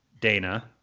Dana